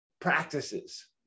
practices